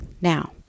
Now